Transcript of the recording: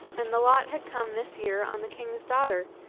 and the lot had come this year on the king's daughter,